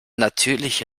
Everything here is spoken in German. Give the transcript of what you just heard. natürliche